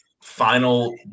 final